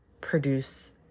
produce